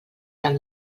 del